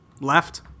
Left